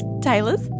Taylor's